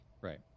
Right